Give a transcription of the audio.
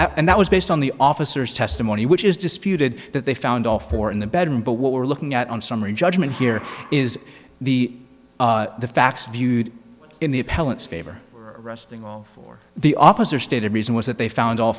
that and that was based on the officers testimony which is disputed that they found all four in the bedroom but what we're looking at on summary judgment here is the facts viewed in the appellants favor resting all for the officer stated reason was that they found all